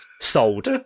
Sold